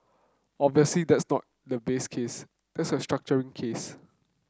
obviously that's not the base case that's the structuring case